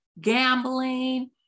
gambling